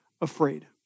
afraid